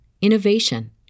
innovation